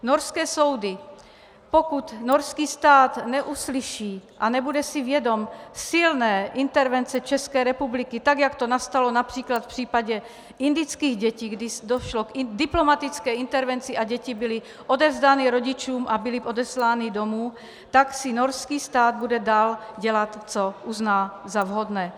Norské soudy, pokud norský stát neuslyší a nebude si vědom silné intervence České republiky, tak jak to nastalo např. v případě indických dětí, kdy došlo k diplomatické intervenci a děti byly odevzdány rodičům a byly odeslány domů, tak si norský stát bude dál dělat, co uzná za vhodné.